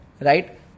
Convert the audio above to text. right